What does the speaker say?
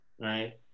right